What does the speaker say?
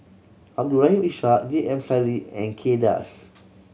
Abdul Rahim Ishak J M Sali and Kay Das